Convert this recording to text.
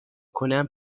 کنم